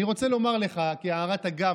אני רוצה לומר לך כהערת אגב,